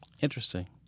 Interesting